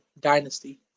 dynasty